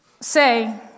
say